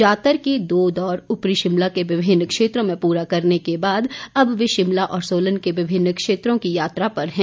जातर के दो दौर उपरी शिमला के विभिन्न क्षेत्रों में पूरा करने के बाद अब वे शिमला और सोलन जिलों के विभिन्न क्षेत्रों की यात्रा पर हैं